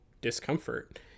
discomfort